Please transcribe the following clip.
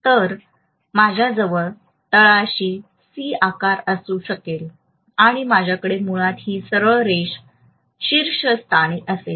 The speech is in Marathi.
तर माझ्याजवळ तळाशी सी आकार असू शकेल आणि माझ्याकडे मुळात ही सरळ रेष शीर्षस्थानी असेल